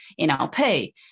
NLP